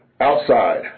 Outside